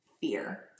fear